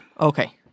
okay